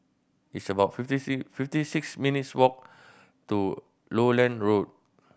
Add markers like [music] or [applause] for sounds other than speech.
it's about [unintelligible] fifty six minutes' walk to Lowland Road